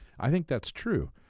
i think that's true,